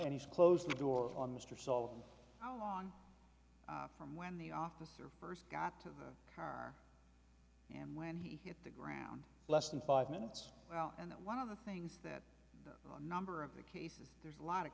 and he closed the door on mr so on from when the officer first got to the car and when he hit the ground less than five minutes well and that one of the things that the number of the cases there's a lot of